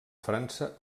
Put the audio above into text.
frança